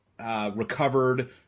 Recovered